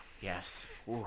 yes